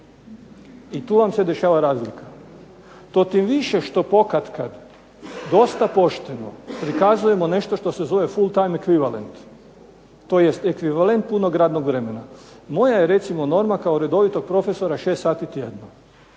i tu vam se dešava razlika, to tim više što pokatkada dosta pošteno prikazujemo nešto što se zove full time equivalent, tj. ekvivalent punog radnog vremena. Moja je recimo norma kao redovitog profesora 6 sati tjedno.